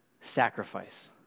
sacrifice